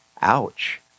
Ouch